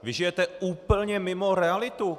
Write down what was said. Vy žijete úplně mimo realitu!